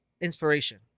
inspiration